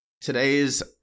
Today's